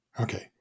Okay